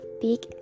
big